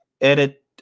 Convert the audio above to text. edit